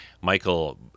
Michael